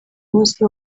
munsi